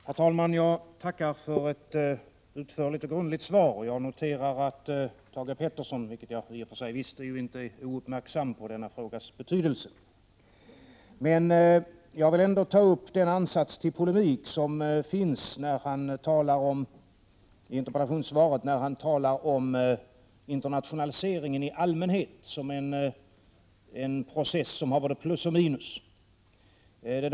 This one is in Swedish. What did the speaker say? Herr talman! Jag tackar för ett utförligt och grundligt svar. Jag noterar att Thage G Peterson inte är, vilket jag i och för sig visste, ouppmärksam på denna frågas betydelse. Jag vill ändå ta upp den ansats till polemik som finns i interpellationssvaret. Industriministern talar om internationaliseringen i allmänhet som en process som har både plusoch minussida.